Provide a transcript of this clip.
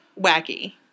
wacky